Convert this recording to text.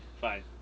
Fine